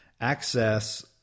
access